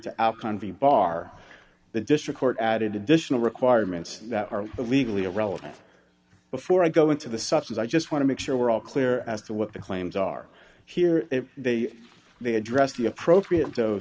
to our country bar the district court added additional requirements that are legally irrelevant before i go into the such as i just want to make sure we're all clear as to what the claims are here they are they address the appropriate